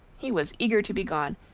he was eager to be gone,